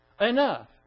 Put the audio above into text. enough